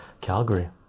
Calgary